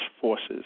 forces